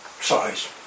size